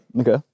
Okay